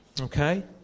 Okay